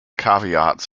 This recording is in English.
caveats